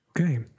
Okay